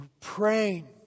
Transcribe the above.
praying